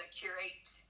curate